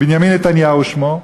בנימין נתניהו שמו,